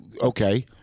Okay